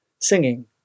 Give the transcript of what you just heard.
Singing